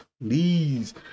please